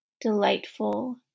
delightful